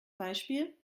beispiel